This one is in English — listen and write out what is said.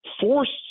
forced